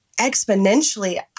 exponentially